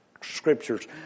scriptures